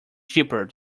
cheaper